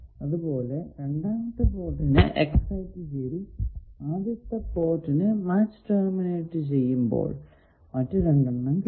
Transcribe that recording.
അതുപോലെ രണ്ടാമത്തെ പോർട്ടിനെ എക്സൈറ്റ് ചെയ്തു ആദ്യത്തെ പോർട്ടിനെ മാച്ച് ടെർമിനേറ്റ് ചെയ്യുമ്പോൾ മറ്റു രണ്ടെണ്ണം കിട്ടും